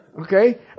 Okay